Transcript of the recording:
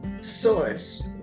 source